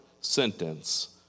sentence